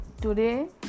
today